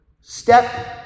Step